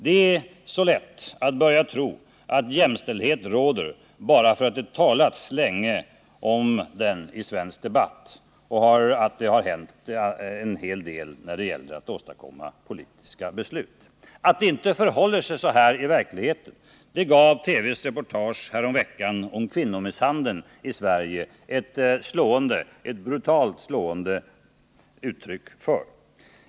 Det är så lätt att börja tro att jämställdhet råder, bara därför att det talats länge om den i svensk debatt och därför att det har hänt en hel del när det gäller att åstadkomma politiska beslut. Att det inte förhåller sig så i verkligheten gav TV:s reportage häromveckan om kvinnomisshandeln i Sverige ett brutalt slående uttryck för.